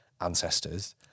ancestors